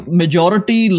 majority